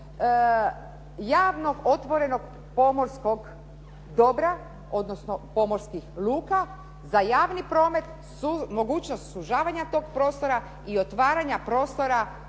javnog, otvorenog, pomorskog dobra, odnosno pomorskih luka za javni promet, mogućnost sužavanja tog prostora i otvaranja prostora